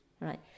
right